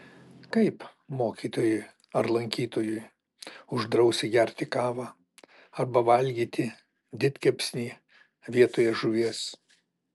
kaip mokytojui ar lankytojui uždrausi gerti kavą arba valgyti didkepsnį vietoje žuvies